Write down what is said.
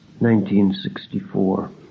1964